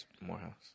Morehouse